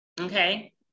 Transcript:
Okay